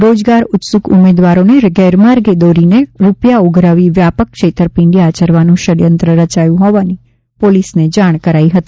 રોજગાર ઉત્સૂક ઉમેદવારોને ગેરમાર્ગે દોરીને રૂપિયા ઉઘરાવી વ્યાપક છેતરપિંડી આચરવાનું ષડયંત્ર રચાયુ હોવાની પોલીસને જાણ કરાઇ હતી